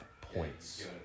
points